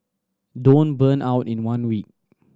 don't burn out in one week